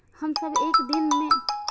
हम सब एक दिन में केतना जमा कर सके छी?